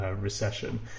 recession